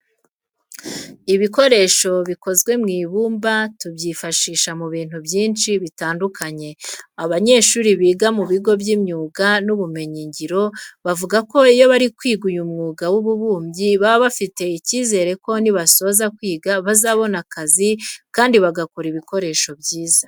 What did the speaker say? Ibikoresho bikozwe mu ibumba tubyifashisha mu bintu byinshi bitandukanye. Abanyeshuri biga mu bigo by'imyuga n'ubumenyingiro bavuga ko iyo bari kwiga uyu mwuga w'ububumbyi, baba bafite icyizere ko nibasoza kwiga bazabona akazi kandi bagakora ibikoresho byiza.